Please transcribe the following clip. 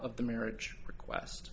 of the marriage request